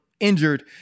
injured